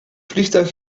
vliegtuig